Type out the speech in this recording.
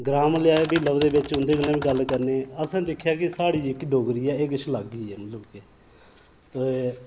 ग्रां म्हल्लै आह्ले बी लभदे ते उं'दे कन्नै बी गल्ल करने असें दिक्खेआ कि साढ़ी जेह्की डोगरी ऐ एह् किश लग्ग ई ऐ